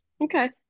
okay